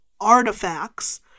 artifacts